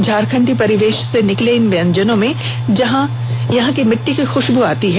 झारखंडी परिवेश से निकले इन व्यजनों में यहां की मिट्टी की ख्रशब् भी आती है